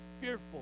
fearful